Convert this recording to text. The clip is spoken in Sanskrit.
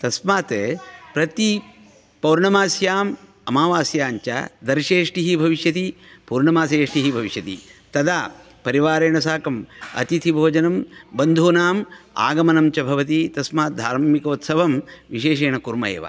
तस्मात् प्रति पौर्णमास्याम् अमावास्याञ्च दर्शेष्टिः भविष्यति पौर्णमासेष्टिः भविष्यति तदा परिवारेण साकम् अतिथिभोजनं बन्धूनाम् आगमनं च भवति तस्मात् धार्मिकोत्सवं विशेषेण कुर्म एव